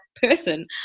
person